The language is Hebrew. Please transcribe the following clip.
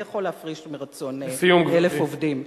מי יכול להפריש מרצון 1,000 עובדים?